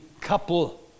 couple